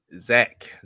Zach